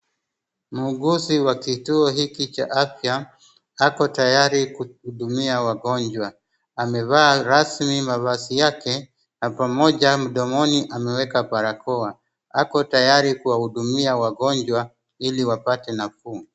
Muuguzi wa kituo hiki cha afya ako tayari kuhudumia wagonjwa, amevaa rasmi mavazi yake na pamoja mdomoni ameweka barakoa, ako tayari kuwahudumia wagonjwa ili wapate nafuu.